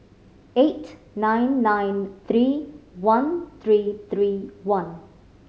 eight nine nine three one three three one